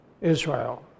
Israel